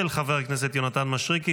של חבר הכנסת יונתן מישרקי,